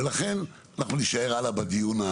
ולכן אנחנו נישאר הלאה בדיון.